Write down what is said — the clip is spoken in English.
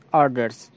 orders